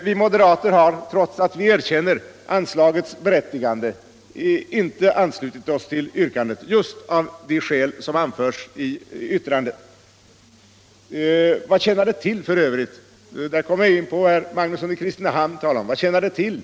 Vi moderater har, trots att vi erkänner anslagets berättigande, inte anslutit oss till yrkandet just av de skäl som anförs i vårt yttrande. Och här kommer jag in på vad herr Magnusson i Kristinehamn talade om. Vad tjänar det f.ö.